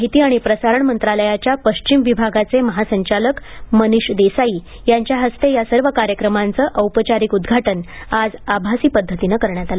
माहिती आणि प्रसारण मंत्रालयाच्या पश्चिम विभागाचे महासंचालक मनिष देसाई यांच्या हस्ते या सर्व कार्यक्रमांचं औपचारिक उद्घाटन आज आभासी पद्धतीने करण्यात आलं